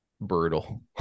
brutal